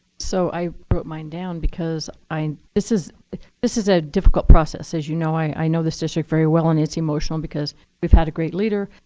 so i wrote mine down, because this is this is a difficult process. as you know, i know this district very well, and it's emotional because we've had a great leader,